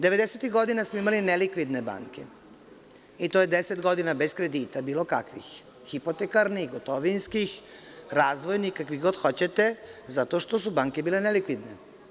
Devedesetih godina smo imali nelikvidne banke i to je deset godina bez kredita, bilo kakvih, hipotekarnih, gotovinskih, razvojnih, kakvih god hoćete, zato što su banke bile nelikvidne.